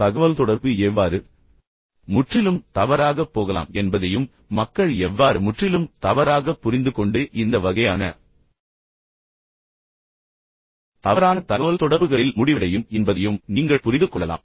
தகவல்தொடர்பு எவ்வாறு முற்றிலும் தவறாகப் போகலாம் என்பதையும் மக்கள் எவ்வாறு முற்றிலும் தவறாகப் புரிந்துகொண்டு இந்த வகையான தவறான தகவல்தொடர்புகளில் முடிவடையும் என்பதையும் நீங்கள் புரிந்து கொள்ளலாம்